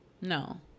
no